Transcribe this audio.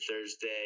Thursday